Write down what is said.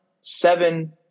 seven